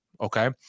okay